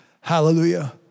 Hallelujah